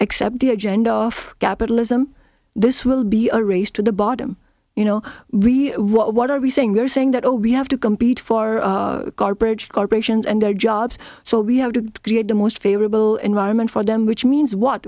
accept the agenda capitalism this will be a race to the bottom you know we what are we saying they're saying that all we have to compete for garbage corporations and their jobs so we have to create the most favorable environment for them which means what